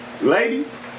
Ladies